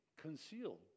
concealed